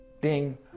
Ding